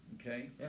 Okay